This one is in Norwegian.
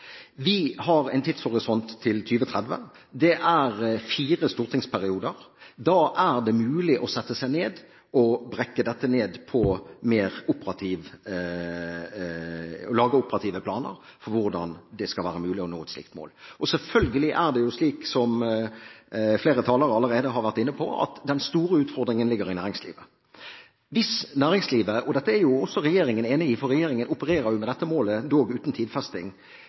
Vi har en tidshorisont til 2030, det er fire stortingsperioder. Da er det mulig å sette seg ned og brekke dette ned og lage operative planer for hvordan det skal være mulig å nå et slikt mål. Og selvfølgelig er det slik, som flere talere allerede har vært inne på, at den store utfordringen ligger i næringslivet. Hvis næringslivet skal forske for 2 pst. av BNP – og dette er også regjeringen enig i, for den opererer jo med dette målet, dog uten tidfesting